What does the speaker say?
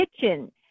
kitchen